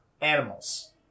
animals